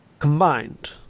combined